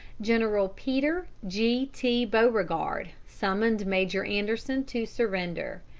general peter g. t. beauregard summoned major anderson to surrender.